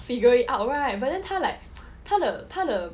figure it out right but then like 他的他的